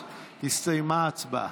הסתיימה ההצבעה.